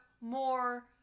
more